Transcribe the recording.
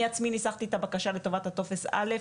אני עצמי ניסחתי את הבקשה לטובת הטופס א',